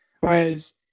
Whereas